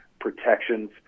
protections